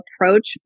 approach